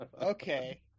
Okay